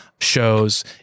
shows